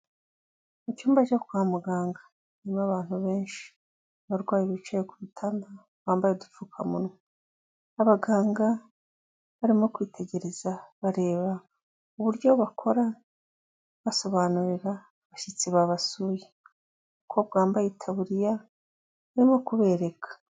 Mu cyumba cyo kwa muganga harimo abantu benshi. Abarwayi bicaye ku gitanda bambaye udupfukamunwa. Abaganga barimo kwitegereza bareba uburyo bakora basobanurira abashyitsi babasuye. Umukobwa wambaye itaburiya urimo kubereka.